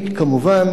כמובן,